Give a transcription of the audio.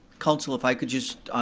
council, if i could just,